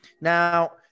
Now